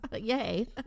Yay